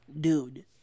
Dude